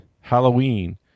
Halloween